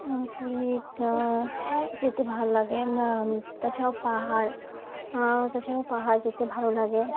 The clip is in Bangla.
পুরী যেতে ভালো লাগে তাছাড়াও পাহাড় তাছাড়াও পাহাড় যেতে ভালো লাগে